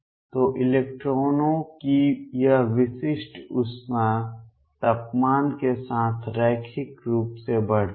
तो इलेक्ट्रॉनों की यह विशिष्ट ऊष्मा तापमान के साथ रैखिक रूप से बढ़ती है